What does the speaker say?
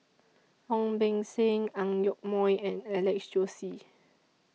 Ong Beng Seng Ang Yoke Mooi and Alex Josey